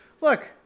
Look